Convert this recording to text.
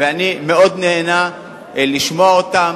ואני מאוד נהנה לשמוע אותם,